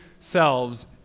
selves